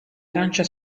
arancia